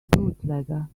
bootlegger